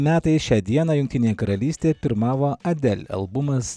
metais šią dieną jungtinėje karalystėje pirmavo adel albumas